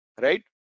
right